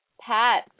Pat